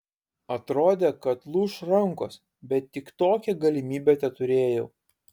atrodė kad lūš rankos bet tik tokią galimybę teturėjau